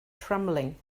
trembling